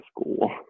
school